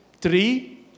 Three